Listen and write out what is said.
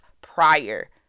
prior